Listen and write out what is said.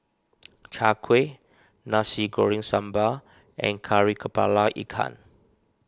Chai Kueh Nasi Goreng Sambal and Kari Kepala Ikan